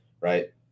right